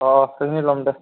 অঁ সেইখিনি ল'ম দে